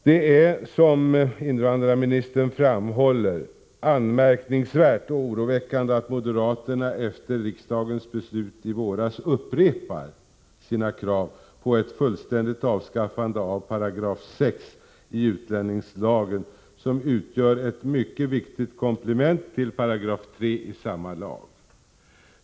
Det är, som invandrarministern framhåller, anmärkningsvärt och oroväckande att moderaterna efter riksdagens beslut i våras upprepar sina krav på ett fullständigt avskaffande av 6 § i utlänningslagen som utgör ett mycket viktigt komplement till 3 § i samma lag.